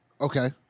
Okay